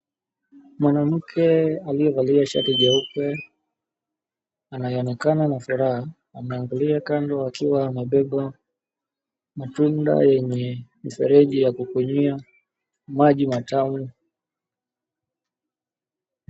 Mwanamke aliyevalia shati jeupe anayeonekana na furaha, anaangalia kando akiwa amebeba matunda yenye mifereji ya kukunyia maji matamu.